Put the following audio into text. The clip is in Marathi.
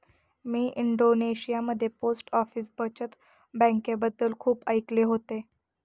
मी इंडोनेशियामध्ये पोस्ट ऑफिस बचत बँकेबद्दल खूप ऐकले होते